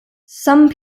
some